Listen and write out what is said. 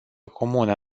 comună